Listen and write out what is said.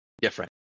different